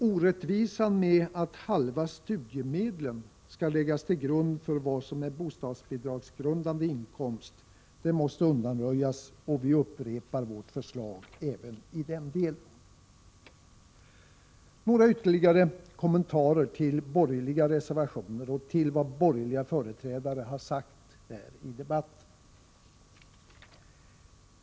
Orättvisan att hälften av studiemedlen skall läggas till grund för vad som är bostadsbidragsgrundande inkomst måste undanröjas, och vi upprepar vårt förslag även i den delen. Några ytterligare kommentarer till borgerliga reservationer och till vad borgerliga företrädare har sagt här i debatten.